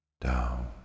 down